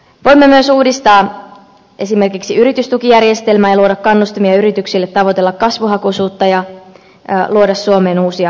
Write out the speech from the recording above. voimme myös uudistaa esimerkiksi yritystukijärjestelmää ja luoda kannustimia yrityksille tavoitella kasvuhakuisuutta ja luoda suomeen uusia työpaikkoja